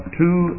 two